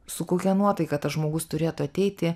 su kokia nuotaika tas žmogus turėtų ateiti